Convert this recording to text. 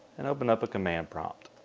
and open up a command prompt.